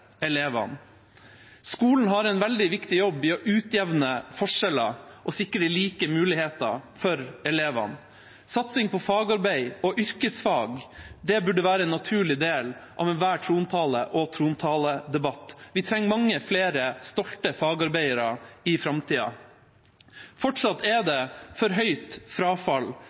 elevene. Skolen har en veldig viktig jobb i å utjevne forskjeller og sikre like muligheter for elevene. Satsing på fagarbeid og yrkesfag burde være en naturlig del av enhver trontale og trontaledebatt. Vi trenger mange flere stolte fagarbeidere i framtida. Fortsatt er det for høyt frafall,